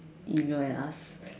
email and ask